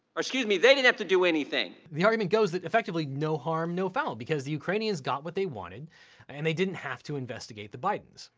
or excuse me, they didn't have to do anything. the argument goes that effectively no harm, no foul, because the ukrainians got what they wanted and they didn't have to investigate the bidens.